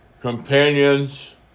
companions